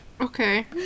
Okay